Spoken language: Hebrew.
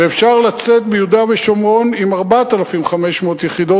ואפשר לצאת ביהודה ושומרון עם 4,500 יחידות,